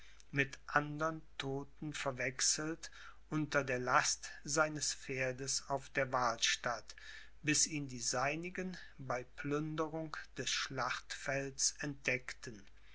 mit andern todten verwechselt unter der last seines pferdes auf der wahlstatt bis ihn die seinigen bei plünderung des schlachtfelds entdeckten